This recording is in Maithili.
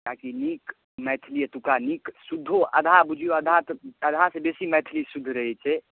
किआकि नीक मैथिली एतुका नीक शुद्धो आधा बुझिऔ आधा तऽ आधासँ बेसी मैथिली शुद्ध रहैत छै